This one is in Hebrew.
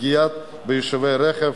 הפגיעה ביושבים ברכב